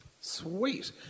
Sweet